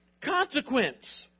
consequence